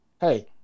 Hey